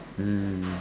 mm